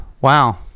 wow